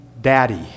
daddy